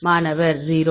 மாணவர் 0